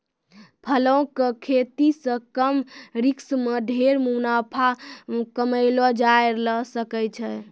फलों के खेती सॅ कम रिस्क मॅ ढेर मुनाफा कमैलो जाय ल सकै छै